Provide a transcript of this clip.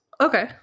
Okay